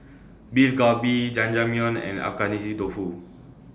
Beef Galbi Jajangmyeon and Agedashi Dofu